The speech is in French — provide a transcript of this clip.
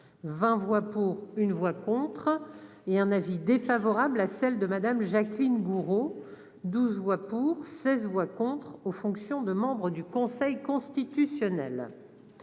20 voix pour, une voix contre et un avis défavorable à celle de Madame Jacqueline Gourault, 12 voix pour, 16 voix contre aux fonctions de membre du Conseil constitutionnel,